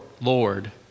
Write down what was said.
Lord